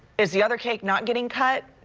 is the other cake not getting cut.